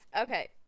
Okay